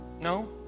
No